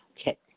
Okay